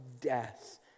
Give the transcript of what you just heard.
death